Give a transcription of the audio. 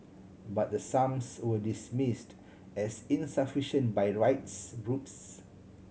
but the sums were dismissed as insufficient by rights groups